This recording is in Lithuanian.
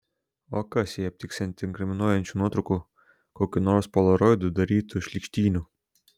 o kas jei aptiksianti inkriminuojančių nuotraukų kokių nors polaroidu darytų šlykštynių